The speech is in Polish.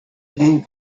dzień